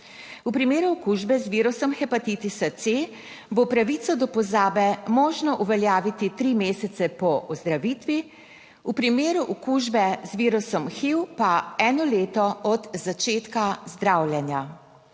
V primeru okužbe z virusom hepatitisa C bo pravico do pozabe možno uveljaviti 3 mesece po ozdravitvi, v primeru okužbe z virusom HIV pa eno leto od začetka zdravljenja.